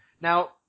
Now